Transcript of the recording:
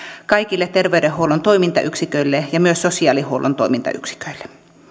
kaikille terveydenhuollon toimintayksiköille ja myös sosiaalihuollon toimintayksiköille